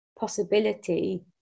possibility